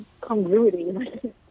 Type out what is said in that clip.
congruity